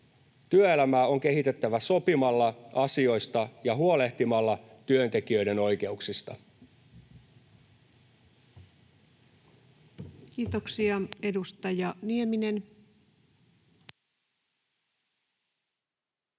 työelämää on kehitettävä sopimalla asioista ja huolehtimalla työntekijöiden oikeuksista. Kiitoksia. — Edustaja Nieminen.